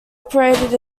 operated